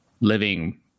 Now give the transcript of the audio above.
living